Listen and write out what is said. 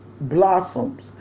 blossoms